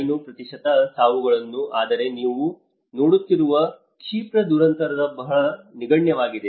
9 ಸಾವುಗಳು ಆದರೆ ನೀವು ನೋಡುತ್ತಿರುವ ಕ್ಷಿಪ್ರ ದುರಂತವು ಬಹಳ ನಗಣ್ಯವಾಗಿದೆ